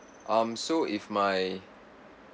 um so if my